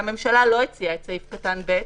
הממשלה לא הציעה את סעיף קטן (ב).